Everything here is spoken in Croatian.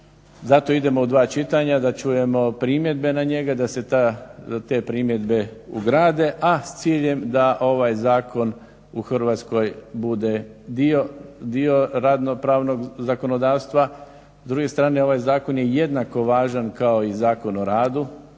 zato idemo u dva čitanja da čujemo primjedbe na njega, da se te primjedbe ugrade, a s ciljem da ovaj zakon u Hrvatskoj bude dio radno-pravnog zakonodavstva. S druge strane ovaj zakon je jednako važan kao i Zakon o radu,